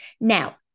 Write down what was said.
Now